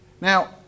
Now